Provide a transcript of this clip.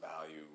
value